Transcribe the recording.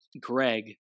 Greg